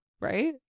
right